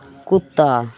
कुत्ता